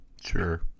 Sure